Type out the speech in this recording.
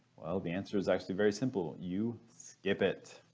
well the answer is actually very simple. you skip it.